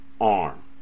arm